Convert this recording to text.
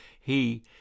He—